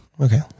Okay